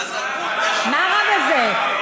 זוועה, זוועה,